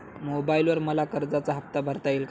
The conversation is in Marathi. मोबाइलवर मला कर्जाचा हफ्ता भरता येईल का?